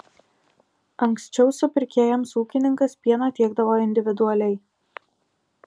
anksčiau supirkėjams ūkininkas pieną tiekdavo individualiai